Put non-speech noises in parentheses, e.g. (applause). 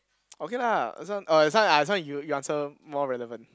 (noise) okay lah this this one er this one ah this one you you answer more relevant